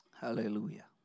hallelujah